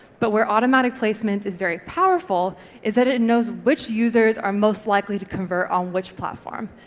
but where automatic placements is very powerful is, that it knows which users are most likely to convert on which platform.